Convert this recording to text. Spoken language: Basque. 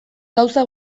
gauza